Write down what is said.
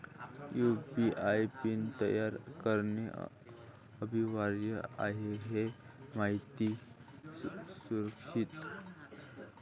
UPI PIN तयार करणे अनिवार्य आहे हे माहिती सुरक्षित